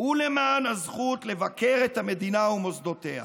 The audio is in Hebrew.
ולמען הזכות לבקר את המדינה ומוסדותיה.